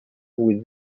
with